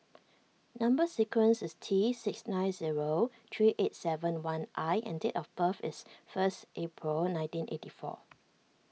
Number Sequence is T six nine zero three eight seven one I and date of birth is first April nineteen eighty four